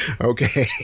Okay